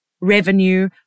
revenue